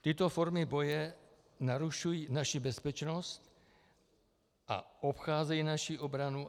Tyto formy boje narušují naši bezpečnost a obcházejí naši obranu.